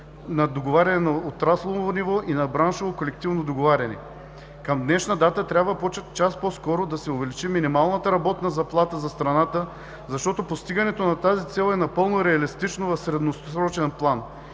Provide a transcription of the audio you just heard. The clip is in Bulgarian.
на договаряне на отраслово ниво и на браншово колективно договаряне. Към днешна дата трябва час по-скоро да се увеличи минималната работна заплата за страната, защото постигането на тази цел е напълно реалистично в средносрочен план,